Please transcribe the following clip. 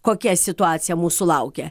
kokia situacija mūsų laukia